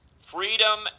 Freedom